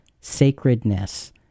sacredness